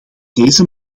deze